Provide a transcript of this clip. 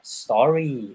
story